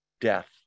death